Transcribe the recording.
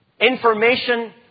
information